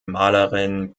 malerin